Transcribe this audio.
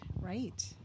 Right